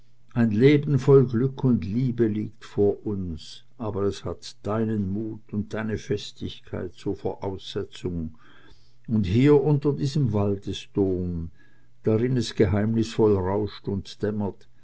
ein leben voll glück und liebe liegt vor uns aber es hat deinen mut und deine festigkeit zur voraussetzung und hier unter diesem waldesdom drin es geheimnisvoll rauscht und